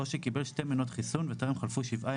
או שקיבל שתי מנות חיסון וטרם חלפו שבעה